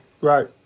Right